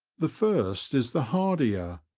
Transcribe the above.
the first is the hardier,